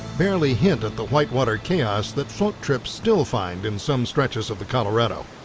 barely hint at the whitewater chaos that float trips still find in some stretches of the colorado.